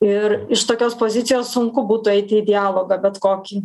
ir iš tokios pozicijos sunku būtų eiti į dialogą bet kokį